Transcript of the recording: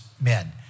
men